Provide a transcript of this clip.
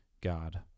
God